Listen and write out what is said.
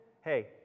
hey